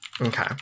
okay